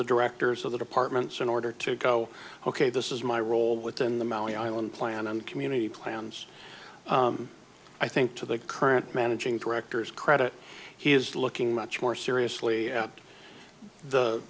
the directors of the departments in order to go ok this is my role within the mowing i don't plan and community plans i think to the current managing directors credit he is looking much more seriously the the